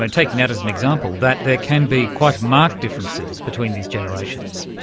and taking that as an example, that there can be quite marked differences between these generations.